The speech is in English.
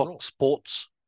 sports